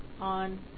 on